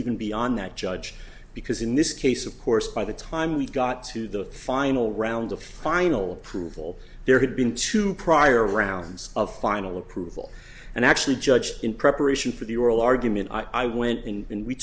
even beyond that judge because in this case of course by the time we got to the final round of final approval there had been two prior rounds of final approval and actually judged in preparation for the oral argument i went in and we